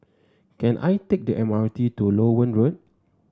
can I take the M R T to Loewen Road